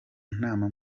nama